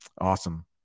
awesome